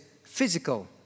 Physical